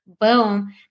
Boom